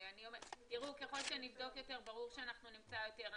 תראו, ככל שנבדוק יותר ברור שאנחנו נמצא יותר.